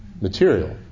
material